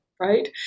right